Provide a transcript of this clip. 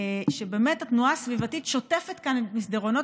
שבו התנועה הסביבתית שוטפת כאן את מסדרונות